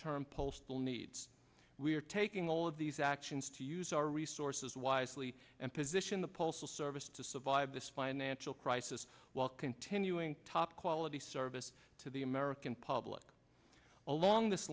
term postal needs we are taking all of these actions to use our resources wisely and position the postal service to survive this financial crisis while continuing top quality service to the american public along this